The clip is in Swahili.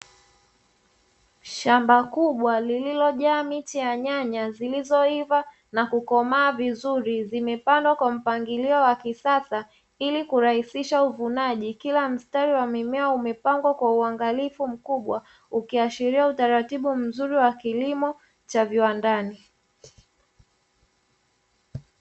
Shamba kubwa lililojaa miche ya nyanya zilizoiva na kukomaa vizuri zimepandwa kwa mpangilio wa kisasa ili kurahisisha uvunaji; kila mstari wa mimea umepangwa kwa uangalifu mkubwa, ukiashiria utaratibu mzuri wa kilimo cha viwandani.